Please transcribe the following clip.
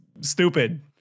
stupid